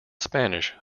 spanish